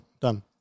done